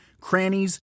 crannies